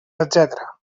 etc